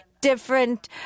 different